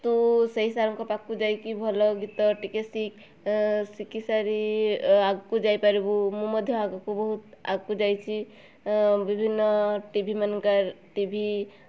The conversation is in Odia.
ତୁ ସେଇ ସାର୍ଙ୍କ ପାଖକୁ ଯାଇକି ଭଲ ଗୀତ ଟିକେ ଶିଖ ଶିଖି ସାରି ଆଗକୁ ଯାଇପାରିବୁ ମୁଁ ମଧ୍ୟ ଆଗକୁ ବହୁତ୍ ଆଗକୁ ଯାଇଛି ବିଭିନ୍ନ ଟିଭି ମାନଙ୍କର ଟିଭି